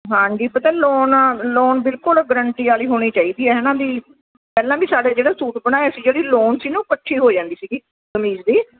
ਹਾਂਜੀ ਪਤਾ lawn lawn ਬਿਲਕੁਲ ਗਰੰਟੀ ਵਾਲੀ ਹੋਣੀ ਚਾਹੀਦੀ ਹੈ ਹੈ ਨਾ ਵੀ ਪਹਿਲਾਂ ਵੀ ਸਾਡੇ ਜਿਹੜੇ ਸੂਟ ਬਣਾਏ ਸੀ ਜਿਹੜੀ ਲੋਨ ਸੀ ਨਾ ਉਹ ਇਕੱਠੀ ਹੋ ਜਾਂਦੀ ਸੀਗੀ ਕਮੀਜ਼ ਦੀ